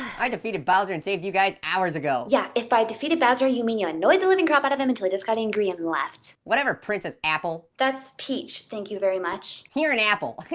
i defeated bowser and saved you guys hours ago. yeah, if by defeated bowser you mean you annoyed the living crap out of him until he just got angry and left. whatever, princess apple. that's peach, thank you very much. you're an apple.